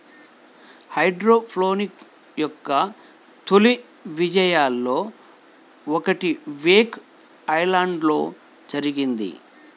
hydroponics యొక్క తొలి విజయాలలో ఒకటి వేక్ ఐలాండ్లో జరిగింది